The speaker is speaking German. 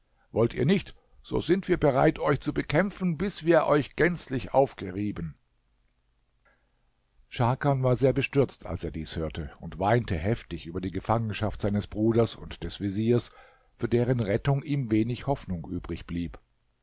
wollt ihr nicht so sind wir bereit euch zu bekämpfen bis wir euch gänzlich aufgerieben scharkan war sehr bestürzt als er dies hörte und weinte heftig über die gefangenschaft seines bruders und des veziers für deren rettung ihm wenig hoffnung übrig blieb